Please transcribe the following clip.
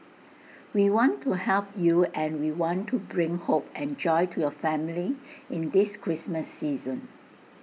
we want to help you and we want to bring hope and joy to your family in this Christmas season